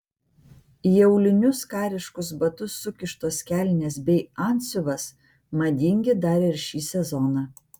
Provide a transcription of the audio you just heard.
į aulinius kariškus batus sukištos kelnės bei antsiuvas madingi dar ir šį sezoną